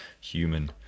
human